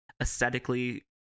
aesthetically